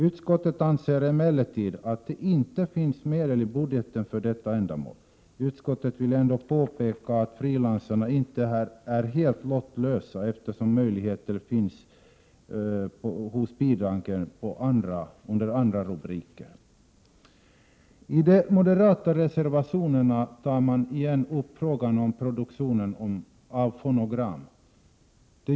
Utskottet anser emellertid att det inte finns medel i budgeten för detta ändamål. Utskottet vill ändå påpeka att frilansarna inte är helt lottlösa, eftersom det finns möjligheter till medel via bidragen under andra rubriker. I de moderata reservationerna tar man igen upp frågan om produktionen av fonogram.